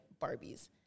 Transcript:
Barbies